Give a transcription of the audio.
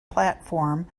platform